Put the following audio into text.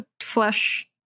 flesh